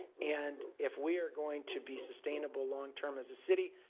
and if we are going to be sustainable long term as a city,